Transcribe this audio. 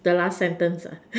the last sentence